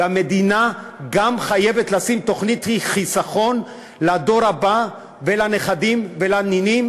וגם המדינה חייבת לשים תוכנית חיסכון לדור הבא ולנכדים ולנינים,